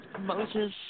Moses